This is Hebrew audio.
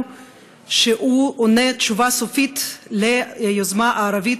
שהוא עונה תשובה סופית ליוזמה הערבית,